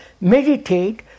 meditate